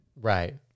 Right